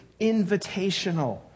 invitational